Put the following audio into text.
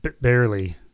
barely